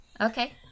okay